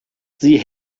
sie